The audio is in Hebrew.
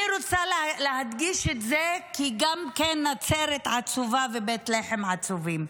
אני רוצה להדגיש את זה כי גם נצרת עצובה ובית לחם עצובה.